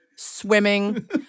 swimming